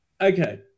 okay